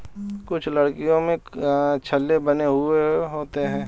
कुछ लकड़ियों में छल्ले बने हुए होते हैं